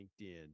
LinkedIn